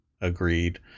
agreed